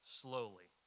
slowly